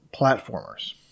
platformers